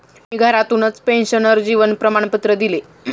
मी घरातूनच पेन्शनर जीवन प्रमाणपत्र दिले